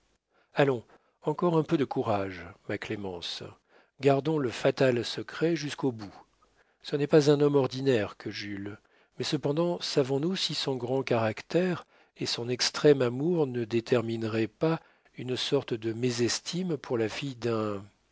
allons encore un peu de courage ma clémence gardons le fatal secret jusqu'au bout ce n'est pas un homme ordinaire que jules mais cependant savons-nous si son grand caractère et son extrême amour ne détermineraient pas une sorte de mésestime pour la fille d'un